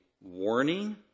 warning